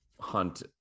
Hunt